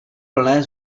plné